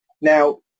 Now